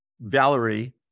Valerie